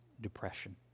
Depression